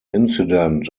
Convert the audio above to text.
incident